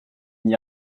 n’y